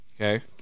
Okay